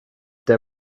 der